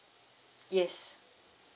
yes